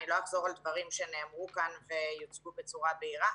אני לא אחזור על דברים שנאמרו כאן ויוצגו בצורה בהירה.